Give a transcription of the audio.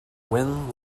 win